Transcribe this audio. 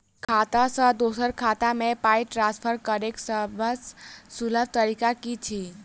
खाता सँ दोसर खाता मे पाई ट्रान्सफर करैक सभसँ सुलभ तरीका की छी?